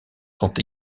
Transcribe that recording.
sont